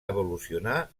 evolucionar